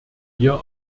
wir